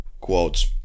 quotes